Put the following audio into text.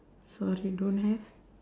sorry don't have